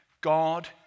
God